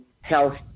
health